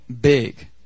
big